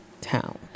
town